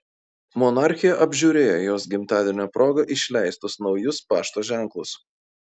monarchė apžiūrėjo jos gimtadienio proga išleistus naujus pašto ženklus